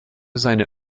seine